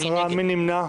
מי נמנע?